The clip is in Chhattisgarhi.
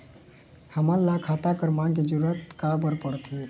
हमन ला खाता क्रमांक के जरूरत का बर पड़थे?